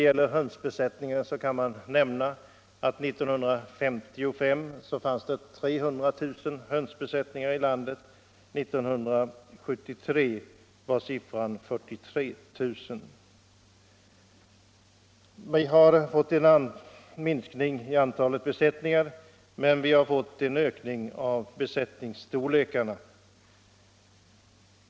År 1955 fanns det t.ex. 300 000 hönsbesättningar i landet, 1973 var siffran 43 000. Vi har alltså fått en minskning i antalet besättningar, men vi har fått en ökning av besättningsstorlekarna.